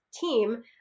team